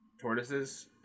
tortoises